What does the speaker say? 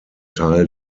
teil